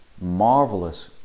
marvelous